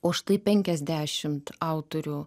o štai penkiasdešimt autorių